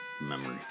memory